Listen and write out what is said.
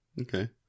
Okay